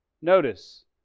notice